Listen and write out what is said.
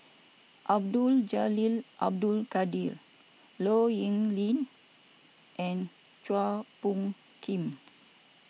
Abdul Jalil Abdul Kadir Low Yen Ling and Chua Phung Kim